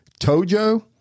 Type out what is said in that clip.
Tojo